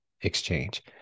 exchange